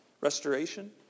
restoration